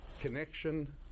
Connection